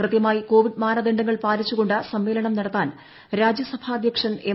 കൃത്യമായി കോവിഡ് മാനദണ്ഡ്രങ്ങൾ പാലിച്ചു കൊണ്ട് സമ്മേളനം നടത്താൻ രാജ്യസഭാ ്അധ്യക്ഷൻ എം